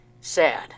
sad